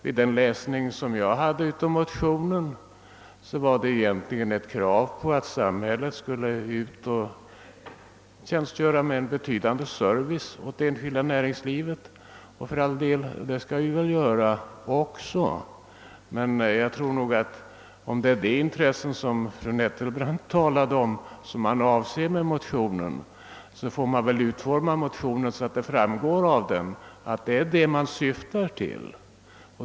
Vid min läsning av motionen fann jag att den egentligen endast innehöll ett krav på att samhället skulle ge en betydande service åt det enskilda näringslivet. Och det skall det för all del också göra. Men om det intresse som fru Nettelbrandt talade om föreligger, får man väl utforma motionen så att det av den framgår att det är dessa intressen man syftar till.